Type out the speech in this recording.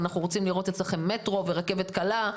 אנחנו רוצים לראות אצלכם מטרו ורכבת קלה,